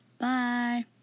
Bye